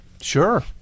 Sure